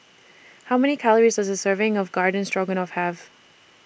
How Many Calories Does A Serving of Garden Stroganoff Have